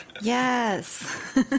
Yes